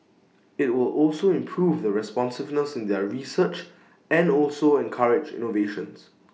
IT will also improve the responsiveness in their research and also encourage innovations